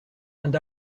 and